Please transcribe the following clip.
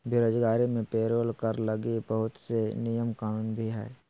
बेरोजगारी मे पेरोल कर लगी बहुत से नियम कानून भी हय